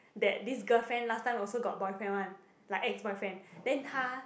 that this girlfriend last time also got boyfriend one like ex boyfriend then 她